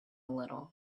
little